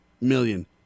million